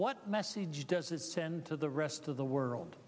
what message does it send to the rest of the world